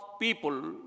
people